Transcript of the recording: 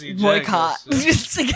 boycott